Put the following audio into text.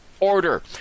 order